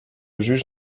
juge